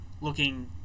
looking